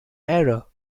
error